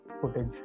footage